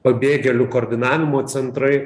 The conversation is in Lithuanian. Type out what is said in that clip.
pabėgėlių koordinavimo centrai